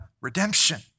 redemption